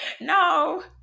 No